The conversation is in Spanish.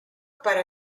para